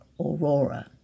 aurora